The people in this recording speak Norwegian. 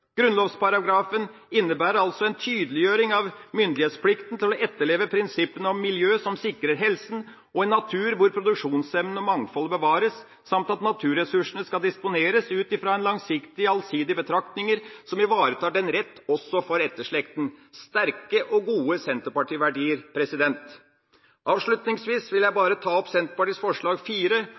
Grunnlovsparagrafen innebærer altså en tydeliggjøring av myndighetsplikten til å etterleve prinsippene om miljø som sikrer helsa, og en natur hvor produksjonsevnen og mangfoldet bevares samt at naturressursene skal disponeres ut fra langsiktig allsidige betraktninger som ivaretar den rett også for etterslekten – sterke og gode senterpartiverdier. Avslutningsvis vil jeg ta opp Senterpartiets forslag